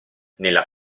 nella